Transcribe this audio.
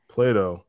Plato